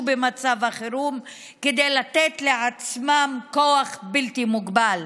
במצב החירום כדי לתת לעצמם כוח בלתי מוגבל.